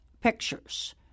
pictures